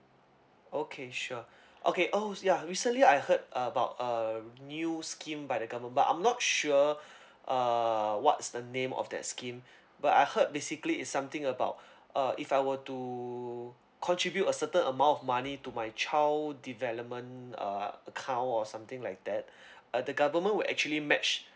okay sure okay oh ya recently I heard about uh new scheme by the government but I'm not sure uh what's the name of that scheme but I heard basically it's something about uh if I were to contribute a certain amount of money to my child development uh account or something like that uh the government will actually match